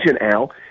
Al